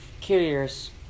curious